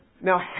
now